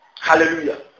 Hallelujah